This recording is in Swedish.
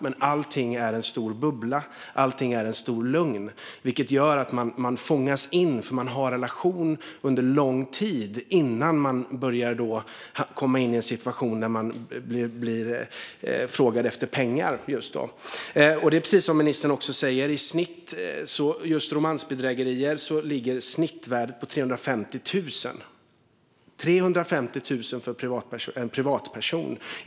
Men allting är en stor bubbla och en stor lögn, vilket gör att man fångas in. Man har en relation under lång tid innan man kommer in i en situation där man blir tillfrågad om pengar. Det är precis som ministern säger. När det gäller just romansbedrägerier ligger snittvärdet på 350 000. Det är 350 000 för en privatperson.